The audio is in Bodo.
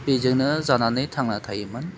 बेजोंनो जानानै थांना थायोमोन